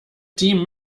team